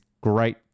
great